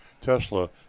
Tesla